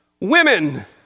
Women